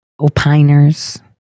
opiners